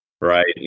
right